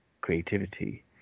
creativity